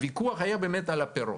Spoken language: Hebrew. הוויכוח היה באמת על הפירות.